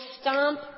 stomp